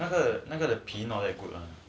那个那个皮毛也坏了